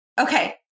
Okay